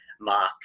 mark